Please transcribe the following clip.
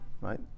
right